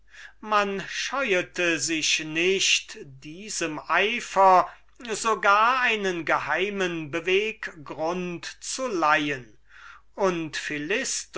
man scheuete sich nicht diesem eifer so gar einen geheimen beweggrund zu leihen und